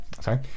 Sorry